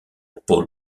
pole